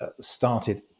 started